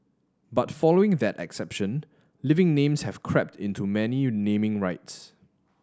but following that exception living names have crept into many you naming rights